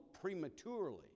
prematurely